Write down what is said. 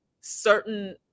certain